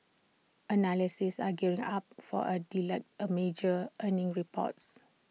analysts are gearing up for A deluge A major earnings reports